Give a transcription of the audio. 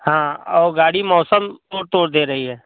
हाँ और गाड़ी मौसम को तोड़ दे रही है